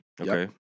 Okay